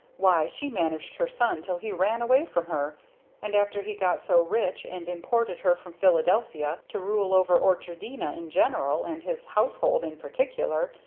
why she managed her son till he ran away from her and after he got so rich and imported her from philadelphia to rule over orchardina in general and his household in particular,